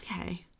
Okay